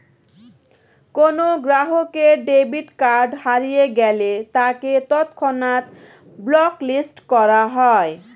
কোনো গ্রাহকের debit card হারিয়ে গেলে তাকে তৎক্ষণাৎ ব্লক লিস্ট করা হয়